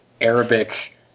Arabic